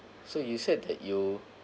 so you said that you